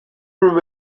room